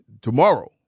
tomorrow